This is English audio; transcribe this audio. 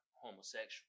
homosexual